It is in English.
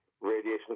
radiation